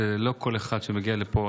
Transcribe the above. שלא כמו כל אחד שמגיע לפה.